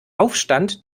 aufstand